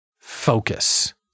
focus